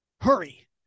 Hurry